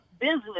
business